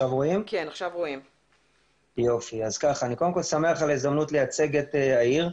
אני שמח על ההזדמנות לייצג את העיר.